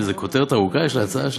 איזו כותרת ארוכה יש להצעה שלך.